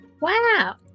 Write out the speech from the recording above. Wow